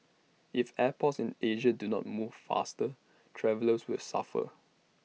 if airports in Asia do not move faster travellers will suffer